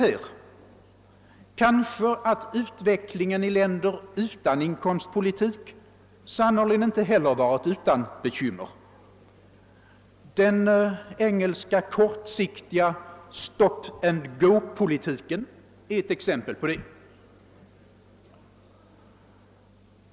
Kanske det argumentet att utvecklingen i länder utan inkomstpolitik inte heller varit utan bekymmer. Den engelska kortsiktiga stop-and-gopolitiken är ett exempel härpå.